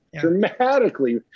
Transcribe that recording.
dramatically